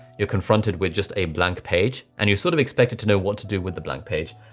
you're confronted with just a blank page and you're sort of expected to know what to do with the blank page,